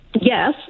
yes